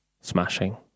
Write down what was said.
smashing